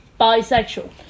bisexual